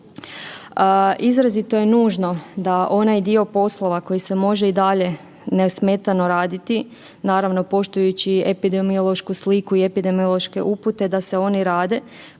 Izrazito je nužno da onaj dio poslova koji se može i dalje nesmetano raditi, naravno poštujući epidemiološku sliku i epidemiološke upute da se oni rade